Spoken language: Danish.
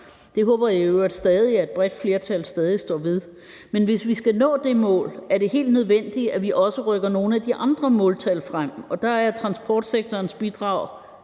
Det håber jeg i øvrigt stadig at et bredt flertal står ved. Men hvis vi skal nå det mål, er det helt nødvendigt, at vi også rykker nogle af de andre måltal frem, og der er transportsektorens bidrag